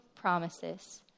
promises